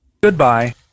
Goodbye